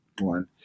one